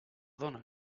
dona